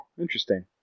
interesting